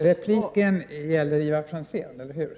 Repliken måste gälla Ivar Franzéns anförande.